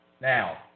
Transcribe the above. now